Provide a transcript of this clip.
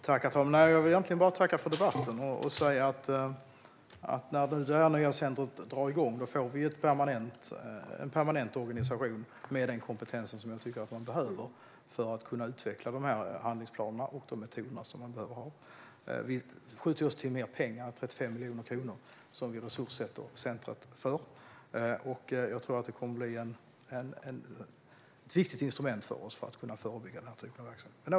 Herr talman! Jag vill egentligen bara tacka för debatten och säga att när det nya centret drar igång får vi en permanent organisation med den kompetens som man tycker att man behöver för att kunna utveckla de handlingsplaner och metoder som behövs. Vi skjuter också till mer pengar, 35 miljoner kronor, som vi resurssätter centret för, och jag tror att det kommer att bli ett viktigt instrument för oss för att kunna förebygga den här typen av verksamhet.